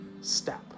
step